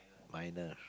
minor